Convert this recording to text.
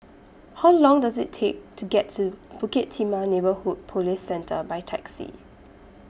How Long Does IT Take to get to Bukit Timah Neighbourhood Police Centre By Taxi